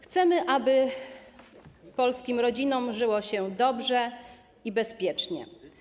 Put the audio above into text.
Chcemy, aby polskim rodzinom żyło się dobrze i bezpiecznie.